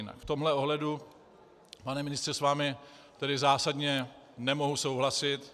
V tomto ohledu, pane ministře, s vámi tedy zásadně nemohu souhlasit.